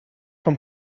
from